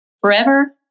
forever